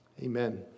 Amen